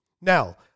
Now